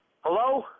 Hello